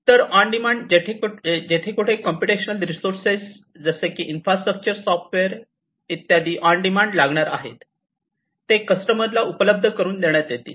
तर on demand जेथे कोठे कम्प्युटेशनल रिसोर्सेस जसे की इन्फ्रास्ट्रक्चर सॉफ्टवेअर इत्यादी ऑन डिमांड लागणार आहेत ते कस्टमरला उपलब्ध करून देण्यात येतील